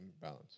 balance